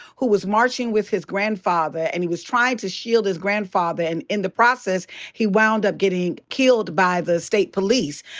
who was marching with his grandfather. and he was tryin' to shield his grandfather and in the process he wound up getting killed by the state police.